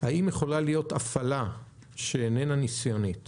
האם יכולה להיות הפעלה שאיננה ניסיונית